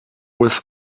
with